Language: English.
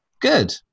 Good